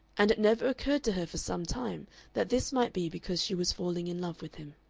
and it never occurred to her for some time that this might be because she was falling in love with him.